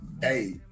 hey